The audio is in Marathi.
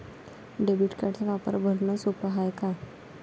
डेबिट कार्डचा वापर भरनं सोप हाय का?